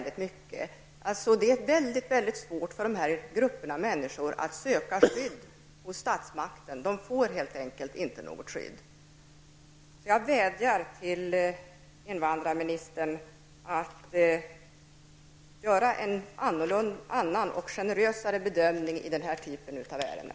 Det är väldigt svårt för denna grupp av människor att söka skydd hos statsmakten; de får helt enkelt inte något skydd. Jag vädjar därför till invandrarministern att göra en annan och generösare bedömning i detta slag av ärende.